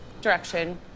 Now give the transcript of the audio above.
direction